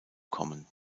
kommen